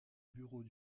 bureaux